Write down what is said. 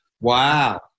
Wow